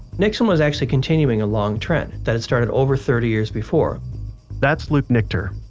nixon was actually continuing a long trend that had started over thirty years before that's luke nichter,